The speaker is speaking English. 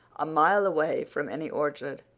a mile away from any orchard.